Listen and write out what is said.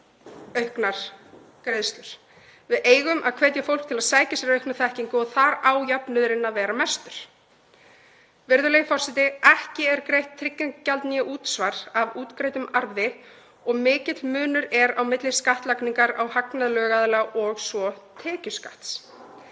Við eigum að hvetja fólk til að sækja sér aukna þekkingu og þar á jöfnuðurinn að vera mestur. Virðulegi forseti. Ekki er greitt tryggingagjald eða útsvar af útgreiddum arði og mikill munur er á milli skattlagningar af hagnaði lögaðila og svo tekjuskatts.